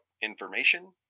information